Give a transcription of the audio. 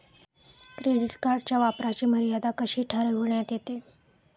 Credit कार्डच्या वापराची मर्यादा कशी ठरविण्यात येते?